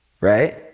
Right